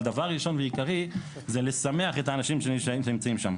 אבל דבר ראשון ועיקרי זה לשמח את האנשים שנמצאים שם.